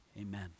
Amen